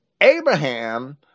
Abraham